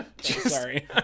Sorry